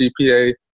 GPA